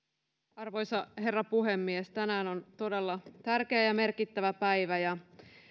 arvoisa herra puhemies tänään on todella tärkeä ja merkittävä päivä ja